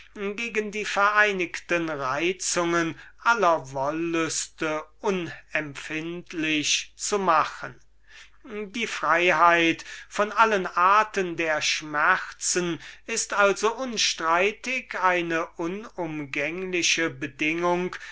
gegen die vereinigten reizungen aller wollüste unempfindlich zu machen die freiheit von allen arten der schmerzen ist also unstreitig eine unumgängliche bedingung